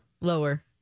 Lower